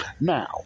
Now